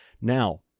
Now